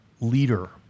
leader